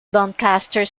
doncaster